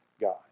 God